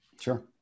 Sure